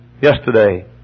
yesterday